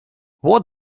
what